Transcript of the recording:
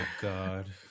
God